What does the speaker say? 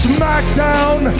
Smackdown